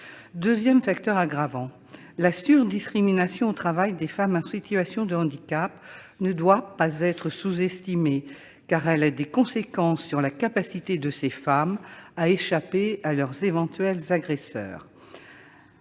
Deuxième facteur aggravant : la « surdiscrimination » au travail des femmes en situation de handicap ne doit pas être sous-estimée, car elle a des conséquences sur la capacité de ces femmes à échapper à leurs éventuels agresseurs.